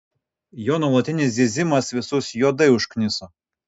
jo nuolatinis zyzimas visus juodai užkniso